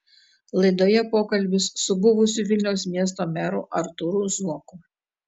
laidoje pokalbis su buvusiu vilniaus miesto meru artūru zuoku